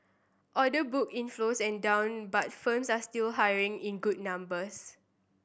order book inflows and down but firms are still hiring in good numbers